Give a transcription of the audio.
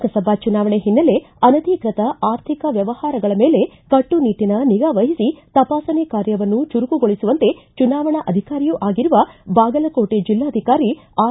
ಲೋಕಸಭಾ ಚುನಾವಣೆ ಹಿನ್ನೆಲೆ ಅನಧಿಕೃತ ಆರ್ಥಿಕ ವ್ಯವಹಾರಗಳ ಮೇಲೆ ಕಟ್ಟುನಿಟ್ಟನ ನಿಗಾ ವಹಿಸಿ ತಪಾಸಣೆ ಕಾರ್ಯವನ್ನು ಚುರುಕುಗೊಳಿಸುವಂತೆ ಚುನಾವಣಾಧಿಕಾರಿಯೂ ಆಗಿರುವ ಬಾಗಲಕೋಟೆ ಜಲ್ಲಾಧಿಕಾರಿ ಆರ್